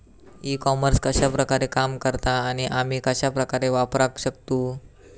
E commerce कश्या प्रकारे काम करता आणि आमी कश्या प्रकारे वापराक शकतू?